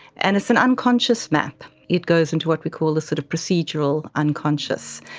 and it's an unconscious map, it goes into what we call the sort of procedural unconscious,